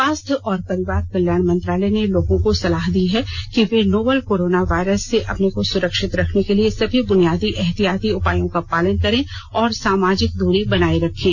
स्वास्थ्य और परिवार कल्याण मंत्रालय ने लोगों को सलाह दी है कि वे नोवल कोरोना वायरस से अपने को सुरक्षित रखने के लिए सभी बुनियादी एहतियाती उपायों का पालन करें और सामाजिक दूरी बनाए रखें